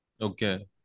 Okay